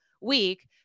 week